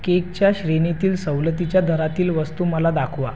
केकच्या श्रेणीतील सवलतीच्या दरातील वस्तू मला दाखवा